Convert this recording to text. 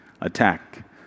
attack